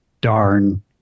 Darn